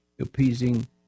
Appeasing